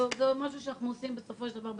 זה משהו שאנחנו עושים בשלבים.